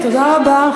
תודה רבה.